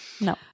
no